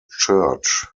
church